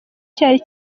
cyari